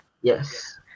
Yes